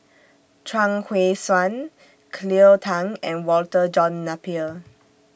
Chuang Hui Tsuan Cleo Thang and Walter John Napier